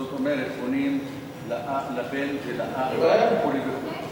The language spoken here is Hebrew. זאת אומרת, בונים לבן ולאח וכו' וכו'.